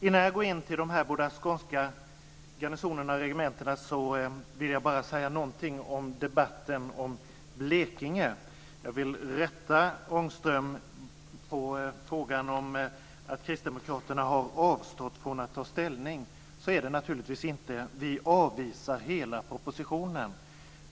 Innan jag går in på de båda skånska regementena och garnisonen vill jag bara säga någonting om debatten om Blekinge. Jag vill rätta Ångström i fråga om att Kristdemokraterna har avstått från att ta ställning. Så är det naturligtvis inte. Vi avvisar hela propositionen.